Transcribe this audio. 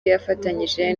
yafatanyije